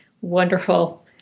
Wonderful